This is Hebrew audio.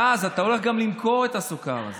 ואז אתה הולך למכור את הסוכר הזה.